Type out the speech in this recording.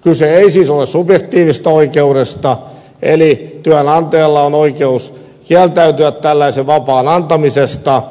kyse ei siis ole subjektiivisesta oikeudesta eli työnantajalla on oikeus kieltäytyä tällaisen vapaan antamisesta